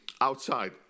outside